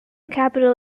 capital